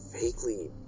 vaguely